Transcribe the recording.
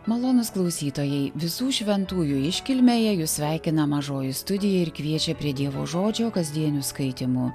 malonūs klausytojai visų šventųjų iškilmėje jus sveikina mažoji studija ir kviečia prie dievo žodžio kasdienių skaitymų